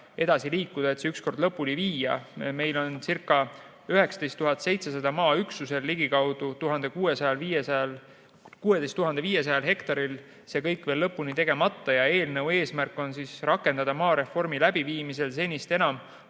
edasi liikuda, et see ükskord lõpule viia. Meil onca19 700 maaüksusel ligikaudu 16 500 hektaril see kõik veel lõpuni tegemata. Eelnõu eesmärk on rakendada maareformi läbiviimisel senisest enam